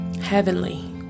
heavenly